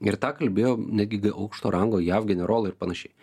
ir tą kalbėjo netgi aukšto rango jav generolai ir panašiai